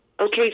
Okay